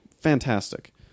Fantastic